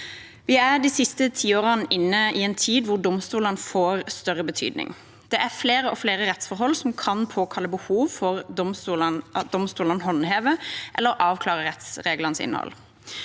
Vi er de siste tiårene inne i en tid hvor domstolene får større betydning. Det er flere og flere rettsforhold som kan påkalle behov for at domstolene håndhever eller avklarer rettsreglenes